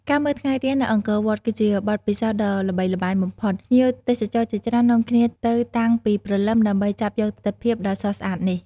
ការមើលថ្ងៃរះនៅអង្គរវត្ត គឺជាបទពិសោធន៍ដ៏ល្បីល្បាញបំផុត ភ្ញៀវទេសចរជាច្រើននាំគ្នាទៅតាំងពីព្រលឹមដើម្បីចាប់យកទិដ្ឋភាពដ៏ស្រស់ស្អាតនេះ។